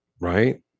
right